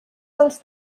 dels